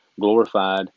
glorified